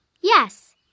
Yes